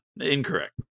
incorrect